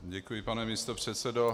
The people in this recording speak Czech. Děkuji, pane místopředsedo.